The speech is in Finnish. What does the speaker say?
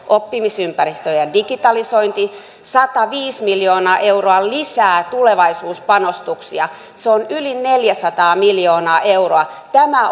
oppimisympäristöjen digitalisointiin sataviisi miljoonaa euroa lisää tulevaisuuspanostuksia se on yli neljäsataa miljoonaa euroa tämä